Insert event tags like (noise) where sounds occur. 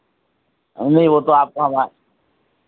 नहीं वो तो आपका (unintelligible)